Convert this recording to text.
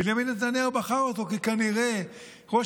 בנימין נתניהו בחר אותו כי כנראה ראש